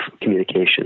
communication